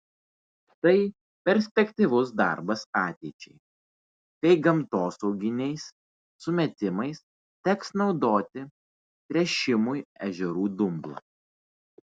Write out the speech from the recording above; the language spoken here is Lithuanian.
tai perspektyvus darbas ateičiai kai gamtosauginiais sumetimais teks naudoti tręšimui ežerų dumblą